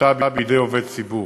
בהסתה בידי עובד ציבור),